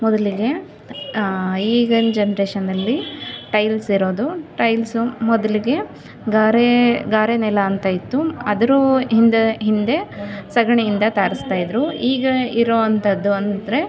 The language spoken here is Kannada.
ಮೊದಲಿಗೆ ಈಗಿನ ಜನ್ರೇಶನಲ್ಲಿ ಟೈಲ್ಸ್ ಇರೋದು ಟೈಲ್ಸು ಮೊದಲಿಗೆ ಗಾರೆ ಗಾರೆ ನೆಲ ಅಂತ ಇತ್ತು ಅದರ ಹಿಂದೆ ಹಿಂದೆ ಸಗಣಿಯಿಂದ ಸಾರಿಸ್ತಾ ಇದ್ರು ಈಗ ಇರುವಂಥದ್ದು ಅಂದರೆ